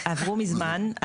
עברו מזמן.